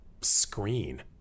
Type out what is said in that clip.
screen